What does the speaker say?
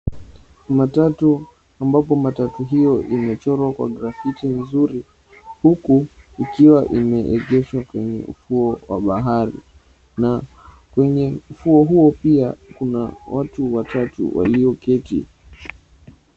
Matatu, ambapo matatu hiyo imechorwa kwa graffiti nzuri, huku ikiwa imeegeshwa kwenye ufuo wa bahari. Na kwenye ufuo huo pia kuna watu watatu walioketi.